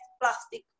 plastic